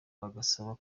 bagasaba